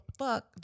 fuck